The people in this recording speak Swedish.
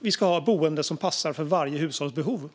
vi ska ha boenden på bostadsmarknaden som passar för varje hushålls behov.